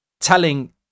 telling